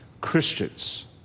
Christians